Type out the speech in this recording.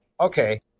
okay